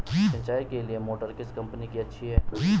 सिंचाई के लिए मोटर किस कंपनी की अच्छी है?